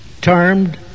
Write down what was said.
termed